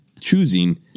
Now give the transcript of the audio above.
choosing